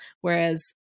Whereas